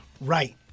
right